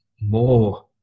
more